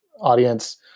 audience